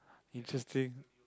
interesting